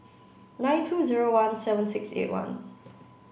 nine two zero one seven six eight one